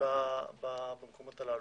במקומות הללו.